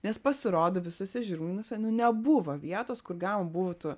nes pasirodo visuose žirmūnuose nu nebuvo vietos kur galima būtų